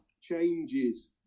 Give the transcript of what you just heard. changes